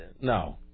No